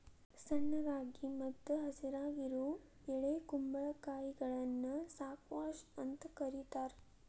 ಸಣ್ಣದಾಗಿ ಮತ್ತ ಹಸಿರಾಗಿರುವ ಎಳೆ ಕುಂಬಳಕಾಯಿಗಳನ್ನ ಸ್ಕ್ವಾಷ್ ಅಂತ ಕರೇತಾರ